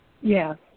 Yes